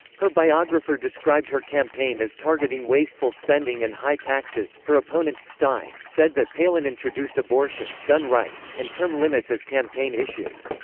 her biographer described her campaign as targeting wasteful spending and high taxes her opponent, stein, said that palin introduced abortion, gun rights, and term limits as campaign issues.